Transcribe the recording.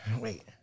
Wait